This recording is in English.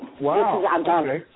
Wow